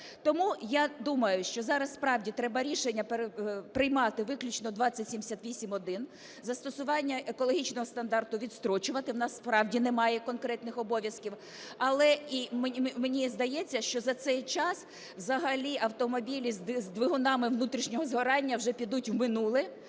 Тому, я думаю, що зараз справді треба рішення приймати виключно 2078-1, застосування екологічного стандарту відстрочувати, в нас справді немає конкретних обов'язків. Але, мені здається, що за цей час взагалі автомобілі з двигунами внутрішнього згоряння вже підуть в минуле,